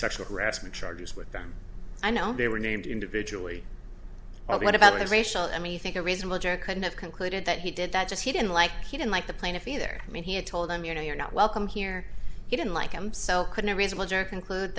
sexual harassment charges with them i know they were named individually although what about the racial i mean you think a reasonable juror couldn't have concluded that he did that just he didn't like he didn't like the plaintiff either i mean he had told them you know you're not welcome here you don't like him so could a reasonable juror conclude